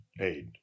aid